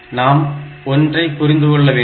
நாம் ஒன்றை புரிந்துகொள்ள வேண்டும்